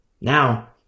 Now